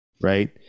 right